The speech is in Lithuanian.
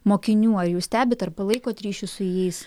mokinių ar jūs stebit ar palaikot ryšį su jais